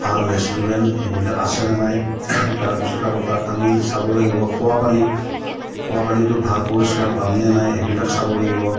ভাল ৰেষ্টুৰেণ্ট এইবিলাক আছেনে নাই তাৰপিছত আৰু তাত আমি চাব লাগিব খোৱাাপানী খোৱাপানীটো ভাল পৰিষ্কাৰ পামনে নাই এইবিলাক চাব লাগিব